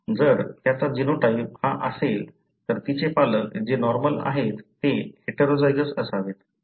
जर त्याचा जीनोटाइप हा असेल तर तिचे पालक जे नॉर्मल आहेत ते हेटेरोझायगस असावेत